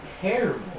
terrible